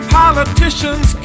politicians